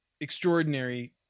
extraordinary